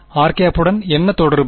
r உடன் என்ன தொடர்பு